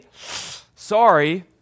Sorry